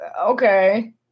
okay